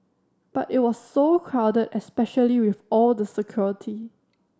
but it was so crowded especially with all the security